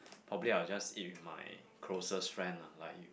probably I will just eat with my closest friend lah like you